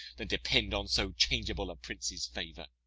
than depend on so changeable a prince's favour.